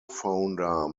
founder